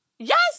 Yes